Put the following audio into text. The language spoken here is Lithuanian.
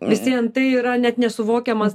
vis vien tai yra net nesuvokiamas